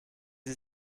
sie